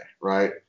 right